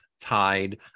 Tide